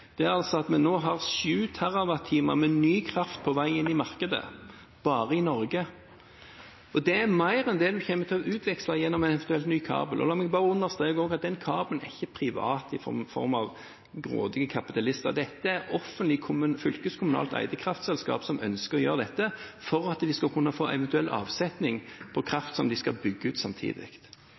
er at vi bare i Norge nå har 7 TWh ny kraft på vei inn i markedet. Det er mer enn man kommer til å utveksle gjennom en eventuell ny kabel. La meg bare understreke at kabelen ikke er privat i form av grådige kapitalister, det er offentlig fylkeskommunalt eide kraftselskap som ønsker å gjøre dette for at de skal kunne få eventuell avsetning på kraft de skal bygge ut samtidig.